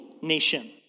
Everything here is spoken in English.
nation